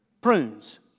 Prunes